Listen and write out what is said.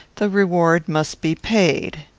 the reward must be paid.